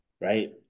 right